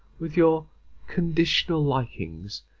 with your conditional likings,